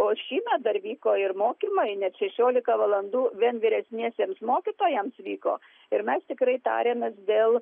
o šįmet dar vyko ir mokymai net šešiolika valandų vien vyresniesiems mokytojams vyko ir mes tikrai tarėmės dėl